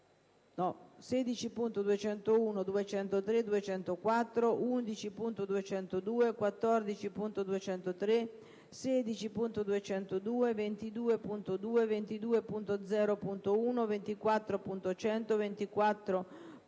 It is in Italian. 16.201, 16.203, 16.204, 11.202, 14.203, 16.202, 22.2, 22.0.1, 24.100, 24.7,